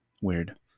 Weird